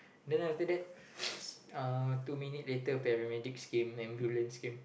then after that uh two minute later paramedics came ambulance came